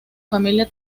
familia